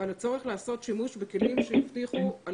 ועל הצורך לעשות שימוש בכלים שיבטיחו את